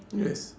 yes